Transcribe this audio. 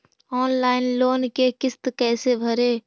Online loan के किस्त कैसे भरे?